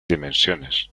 dimensiones